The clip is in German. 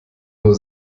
nur